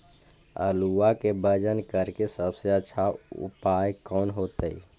आलुआ के वजन करेके सबसे अच्छा उपाय कौन होतई?